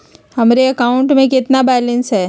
हमारे अकाउंट में कितना बैलेंस है?